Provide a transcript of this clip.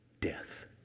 death